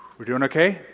we're doing ok?